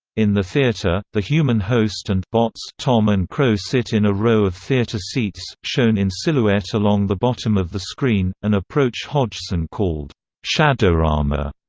in the theater, the human host and bots tom and crow sit in a row of theater seats, shown in silhouette along the bottom of the screen, an approach hodgson called shadowrama.